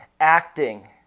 acting